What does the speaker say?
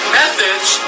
methods